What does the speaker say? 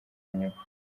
nyuma